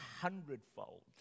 hundredfold